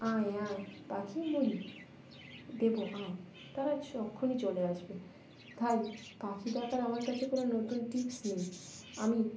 আয় আয় পাখি মুড়ি দেবো আয় তারা সক্ষণই চলে আসবে তাই পাখি ডাকার আমার কাছে কোনো নতুন টিপস নেই আমি